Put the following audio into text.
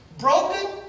Broken